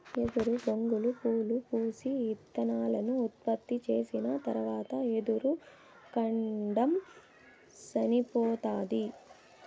ఎదురు బొంగులు పూలు పూసి, ఇత్తనాలను ఉత్పత్తి చేసిన తరవాత ఎదురు కాండం సనిపోతాది